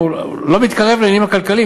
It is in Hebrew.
הוא לא מתקרב לעניינים הכלכליים,